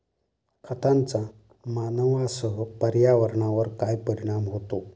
खतांचा मानवांसह पर्यावरणावर काय परिणाम होतो?